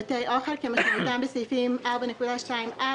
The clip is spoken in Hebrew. "בתי אוכל" כמשמעותם בסעיפים 4.2א,